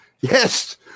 Yes